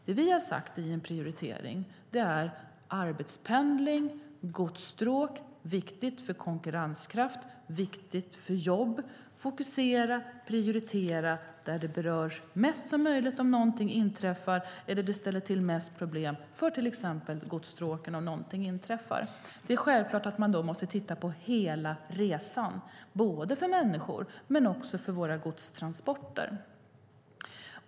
Den prioritering som vi har sagt att vi gör är arbetspendling och godsstråk. Det är viktigt för konkurrenskraft och viktigt för jobb. Vi vill fokusera och prioritera där flest berörs om någonting inträffar eller där det ställer till mest problem för till exempel godsstråken om någonting inträffar. Det är självklart att man då måste titta på hela resan, både för människor och för våra godstransporter.